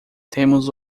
temos